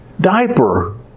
diaper